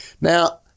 Now